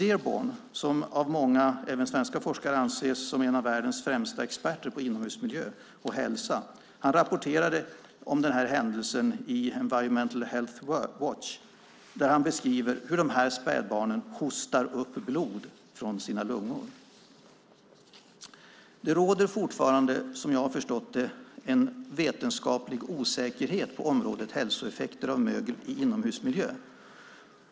Dearborn, som även av svenska forskare anses som en av världens främsta experter på inomhusmiljö och hälsa, rapporterade om den här händelsen i Environmental Health Watch där han beskriver hur dessa spädbarn hostar upp blod från sina lungor. Som jag har förstått det råder fortfarande en vetenskaplig osäkerhet på området hälsoeffekter av mögel i inomhusmiljö.